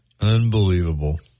Unbelievable